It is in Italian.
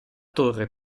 torre